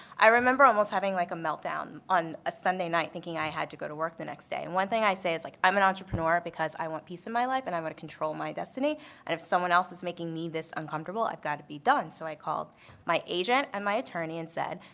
i remember almost having like a meltdown, on a sunday night thinking i had to go to work the next day. and one thing i say, is like, i am an entrepreneur because i want peace in my life and i want to control my destiny and if someone else is making me this uncomfortable, i have got to be done. so i called my agent and my attorney and said,